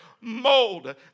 mold